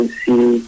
see